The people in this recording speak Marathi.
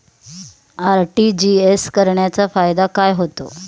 आर.टी.जी.एस करण्याचा फायदा काय होतो?